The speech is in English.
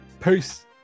Peace